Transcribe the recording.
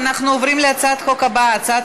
אנחנו עוברים להצעת החוק הבאה: הצעת